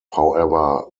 however